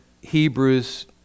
Hebrews